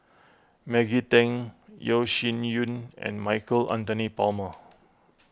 Maggie Teng Yeo Shih Yun and Michael Anthony Palmer